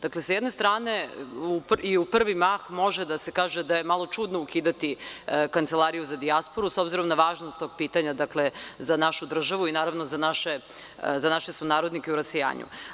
Dakle, sa jedne strane i u prvi mah može da se kaže da je malo čudno ukidati Kancelariju za dijasporu, s obzirom na važnost tog pitanja za našu državu i za naše sunarodnike u rasejanju.